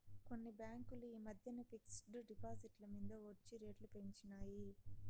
కొన్ని బాంకులు ఈ మద్దెన ఫిక్స్ డ్ డిపాజిట్ల మింద ఒడ్జీ రేట్లు పెంచినాయి